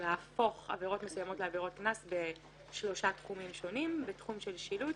להפוך עבירות מסוימות לעבירות קנס בשלושה תחומים שונים: שילוט,